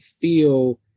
feel